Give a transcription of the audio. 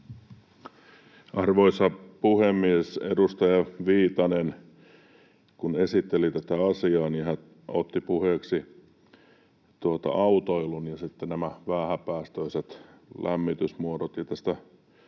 Arvoisa puhemies! Edustaja Viitanen kun esitteli tätä asiaa, hän otti puheeksi autoilun ja sitten nämä vähäpäästöiset lämmitysmuodot.